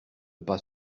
pas